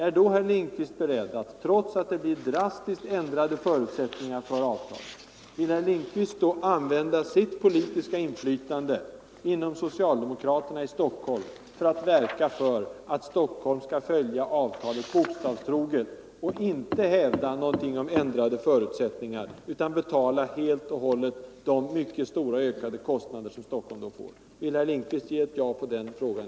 Är då herr Lindkvist beredd att, trots att det blir drastiskt ändrade förutsättningar för avtalet, använda sitt politiska inflytande inom socialdemokraterna i Stockholm för att verka för att Stockholm skall följa avtalet bokstavstroget, och inte hävda något om ändrade förutsättningar utan helt och hållet betala de mycket stora ökade belopp som Stockholm då får på sin lott? Vill herr Lindkvist svara ja på den frågan?